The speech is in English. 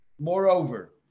Moreover